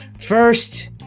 first